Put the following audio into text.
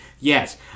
Yes